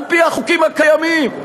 על-פי החוקים הקיימים.